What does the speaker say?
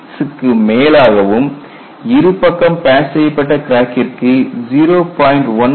36 க்கு மேலாகவும் இரு பக்கம் பேட்ச் செய்யப்பட்ட கிராக்கிற்கு 0